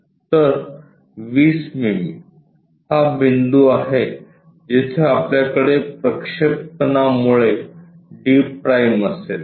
तर 20 मिमी हा बिंदू आहे जिथे आपल्याकडे प्रक्षेपणामुळे d' असेल